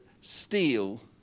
steal